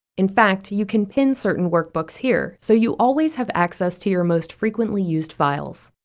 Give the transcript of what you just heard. in fact, you can pin certain workbooks here, so you always have access to your most frequently used files.